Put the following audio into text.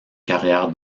carrière